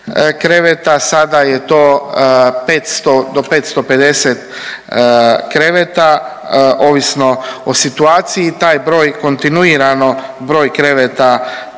kreveta, sada je to 500, do 550 kreveta, ovisno o situaciji i taj broj kontinuirano, broj kreveta